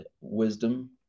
wisdom